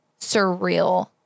surreal